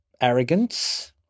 arrogance